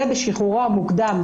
ובשחרורו המוקדם,